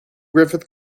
griffith